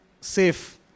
safe